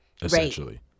essentially